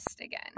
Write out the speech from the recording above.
again